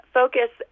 focus